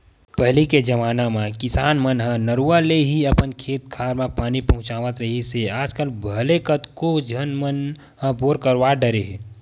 पहिली के जमाना म किसान मन ह नरूवा ले ही अपन खेत खार म पानी पहुँचावत रिहिस हे आजकल भले कतको झन मन ह बोर करवा डरे हे